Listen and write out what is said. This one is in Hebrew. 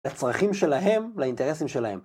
לצרכים שלהם, לאינטרסים שלהם.